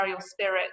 spirit